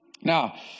Now